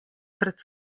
pred